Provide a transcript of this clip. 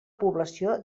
població